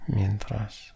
Mientras